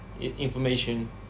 information